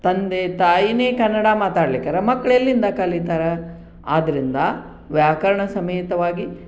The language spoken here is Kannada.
ತಂದೆ ತಾಯಿನೇ ಕನ್ನಡ ಮಾತಾಡಲಿಕ್ಕೆ ಇಲ್ಲ ಮಕ್ಳು ಎಲ್ಲಿಂದ ಕಲಿತಾರೆ ಆದ್ದರಿಂದ ವ್ಯಾಕರಣ ಸಮೇತವಾಗಿ